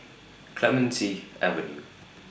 Clementi Avenue